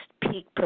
peak